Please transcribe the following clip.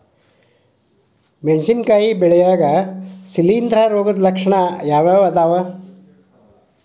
ಮೆಣಸಿನಕಾಯಿ ಬೆಳ್ಯಾಗ್ ಶಿಲೇಂಧ್ರ ರೋಗದ ಲಕ್ಷಣ ಯಾವ್ಯಾವ್ ಅದಾವ್?